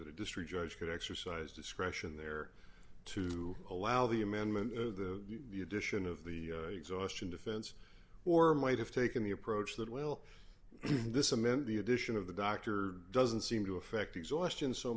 that a district judge could exercise discretion there to allow the amendment of the addition of the exhaustion defense or might have taken the approach that will this amend the addition of the doctor doesn't seem to affect exhaustion so